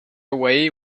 away